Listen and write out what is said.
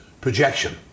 projection